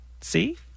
See